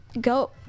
go